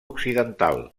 occidental